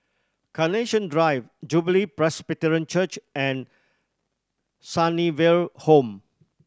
Carnation Drive Jubilee Presbyterian Church and Sunnyville Home